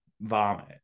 vomit